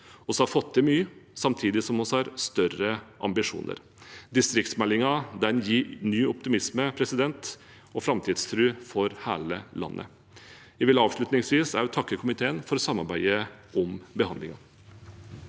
Vi har fått til mye, samtidig som vi har større ambisjoner. Distriktsmeldingen gir ny optimisme og framtidstro for hele landet. Jeg vil avslutningsvis også takke komiteen for samarbeidet om behandlingen.